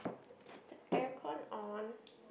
is the aircon on